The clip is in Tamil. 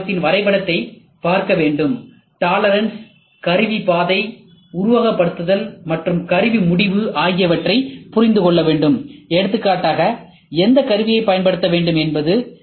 சி பாகத்தின் வரைபடத்தைப் பார்க்க வேண்டும் டாலரன்ஸ் கருவி பாதை உருவகப்படுத்துதல் மற்றும் கருவி முடிவு ஆகியவற்றைப் புரிந்து கொள்ள வேண்டும் எடுத்துக்காட்டாக எந்தக் கருவியைப் பயன்படுத்த வேண்டும் என்பது